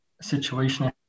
situation